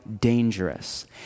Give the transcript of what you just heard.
dangerous